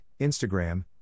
Instagram